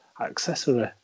accessory